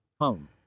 Home